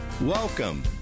Welcome